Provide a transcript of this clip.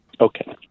Okay